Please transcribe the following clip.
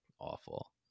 awful